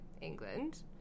England